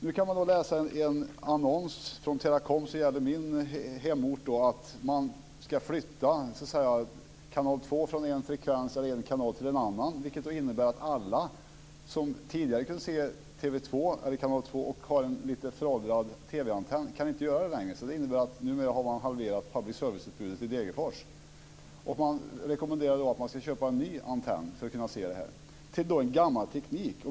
Nu kan vi läsa i en annons från Teracom som gäller min hemort att man ska flytta kanal 2 från en frekvens eller kanal till en annan, vilket innebär att alla som tidigare kunde se kanal 2 med en föråldrad TV-antenn inte längre kan göra det. Det innebär att man har halverat public service-utbudet i Degerfors. Man rekommenderar TV-tittarna att köpa en ny antenn till gammal teknik.